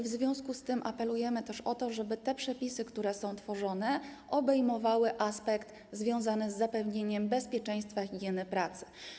W związku z tym apelujemy też o to, żeby przepisy, które są tworzone, obejmowały aspekt związany z zapewnieniem bezpieczeństwa i higieny pracy.